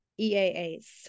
EAAs